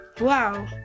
Wow